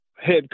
head